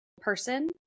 person